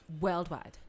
Worldwide